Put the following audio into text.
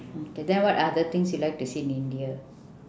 mm then what other things you like to see in india